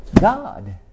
God